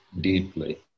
deeply